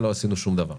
לא עשינו שום דבר.